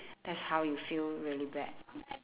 that's how you feel really bad